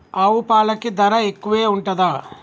ఆవు పాలకి ధర ఎక్కువే ఉంటదా?